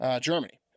Germany